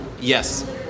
yes